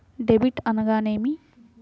Debit అనగానేమి?